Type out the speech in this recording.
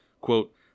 quote